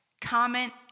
comment